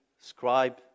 scribe